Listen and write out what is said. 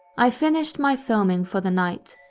i finished my filming for the night,